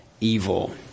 evil